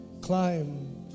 Climb